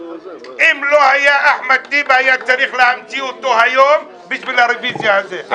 אם לא היה אחמד טיבי היה צריך להמציא אותו היום בשביל הרביזיה הזאת.